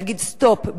להגיד: סטופ,